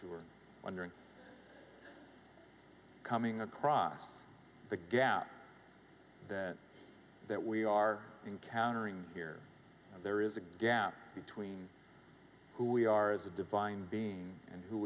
we were wondering coming across the gap that that we are encountering here there is a gap between who we are as a divine being and who